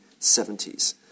1970s